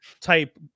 type